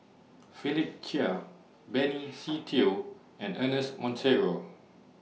Philip Chia Benny Se Teo and Ernest Monteiro